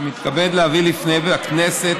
אני מתכבד להביא לפני הכנסת,